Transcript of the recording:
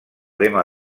lema